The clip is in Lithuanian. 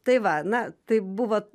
tai va na tai buvo